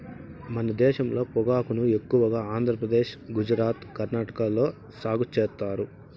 మన దేశంలో పొగాకును ఎక్కువగా ఆంధ్రప్రదేశ్, గుజరాత్, కర్ణాటక లో సాగు చేత్తారు